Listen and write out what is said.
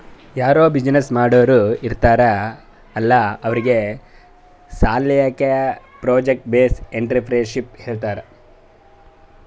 ಯಾರೂ ಬಿಸಿನ್ನೆಸ್ ಮಾಡೋರ್ ಇರ್ತಾರ್ ಅಲ್ಲಾ ಅವ್ರಿಗ್ ಸಾಲ್ಯಾಕೆ ಪ್ರೊಜೆಕ್ಟ್ ಬೇಸ್ಡ್ ಎಂಟ್ರರ್ಪ್ರಿನರ್ಶಿಪ್ ಹೇಳ್ತಾರ್